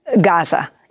Gaza